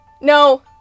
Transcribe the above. No